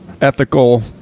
ethical